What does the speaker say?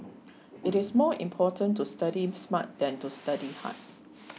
it is more important to study smart than to study hard